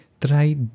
try